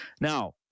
Now